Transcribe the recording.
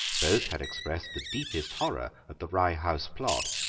both had expressed the deepest horror at the rye house plot.